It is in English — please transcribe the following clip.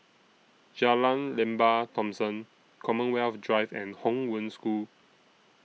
Jalan Lembah Thomson Commonwealth Drive and Hong Wen School